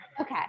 okay